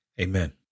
Amen